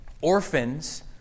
Orphans